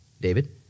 David